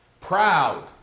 proud